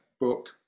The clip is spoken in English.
book